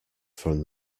from